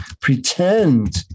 Pretend